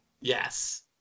Yes